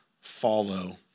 follow